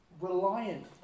reliant